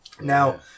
now